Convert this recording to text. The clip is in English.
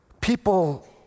people